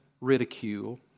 ridicule